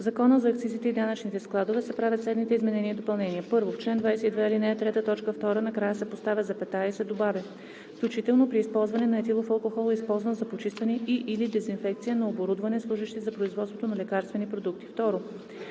Закона за акцизите и данъчните складове (обн., ДВ, бр. ...) се правят следните изменения и допълнения: 1. В чл. 22, ал. 3, т. 2 накрая се поставя запетая и се добавя „включително при използване на етилов алкохол, използван за почистване и/или дезинфекция на оборудване, служещи за производството на лекарствeни продукти“.